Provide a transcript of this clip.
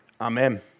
Amen